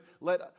let